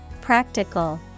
Practical